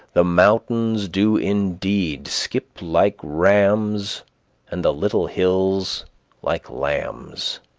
the mountains do indeed skip like rams and the little hills like lambs.